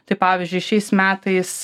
tai pavyzdžiui šiais metais